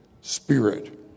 spirit